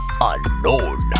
UNKNOWN